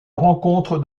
rencontre